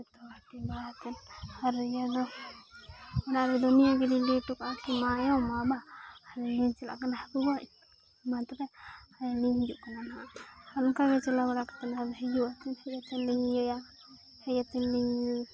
ᱡᱚᱛᱚ ᱦᱚᱲ ᱦᱟᱹᱴᱤᱧ ᱵᱟᱲᱟ ᱠᱟᱛᱮᱱ ᱟᱨ ᱤᱭᱟᱹ ᱫᱚ ᱚᱲᱟᱜ ᱨᱮᱫᱚ ᱱᱤᱭᱟᱹ ᱜᱮᱞᱤᱝ ᱞᱟᱹᱭ ᱦᱚᱴᱚ ᱠᱟᱜᱼᱟ ᱢᱟ ᱭᱳ ᱢᱟ ᱵᱟ ᱟᱹᱞᱤᱧ ᱞᱤᱧ ᱪᱟᱞᱟᱜ ᱠᱟᱱᱟ ᱦᱟᱹᱠᱩ ᱜᱚᱡ ᱢᱟᱛᱚᱵᱮ ᱟᱨᱞᱤᱧ ᱦᱤᱡᱩᱜ ᱠᱟᱱᱟ ᱱᱟᱦᱟᱸᱜ ᱟᱨ ᱚᱱᱠᱟᱜᱮ ᱪᱟᱞᱟᱣ ᱵᱟᱲᱟ ᱠᱟᱛᱮᱱ ᱦᱤᱡᱩᱜᱼᱟ ᱛᱚᱠᱷᱚᱱ ᱞᱤᱧ ᱤᱭᱟᱹᱭᱟ ᱤᱭᱟᱹ ᱛᱮᱞᱤᱧ